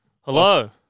Hello